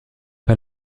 pas